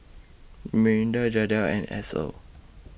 Miranda Jadiel and Edsel